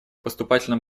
поступательном